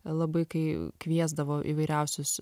labai kai kviesdavo įvairiausius